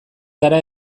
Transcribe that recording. gara